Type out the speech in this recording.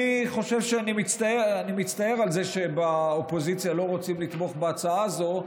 אני חושב שאני מצטער על זה שבאופוזיציה לא רוצים לתמוך בהצעה הזאת.